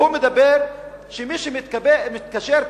והוא אומר שמי שמתקשר,